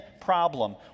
problem